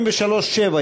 23(7),